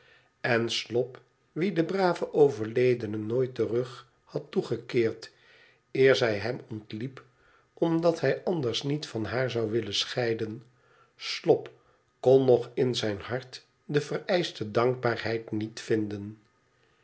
n slop wien de brave overledene nooit den rug had toegekeerd eer zij hem ontliep omdat hij anjers niet van haar zou willen scheiden slop kon nog in zijn hart de vereischte dankbaarheid niet vinden